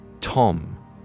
Tom